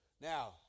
Now